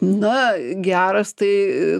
na geras tai